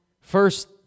First